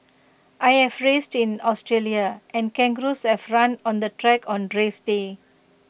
I have raced in Australia and kangaroos have run on the track on race day